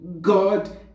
God